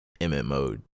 mmo